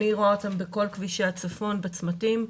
אני רואה אותם בכל כבישי הצפון, בצמתים.